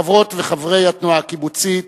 חברות וחברי התנועה הקיבוצית.